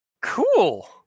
Cool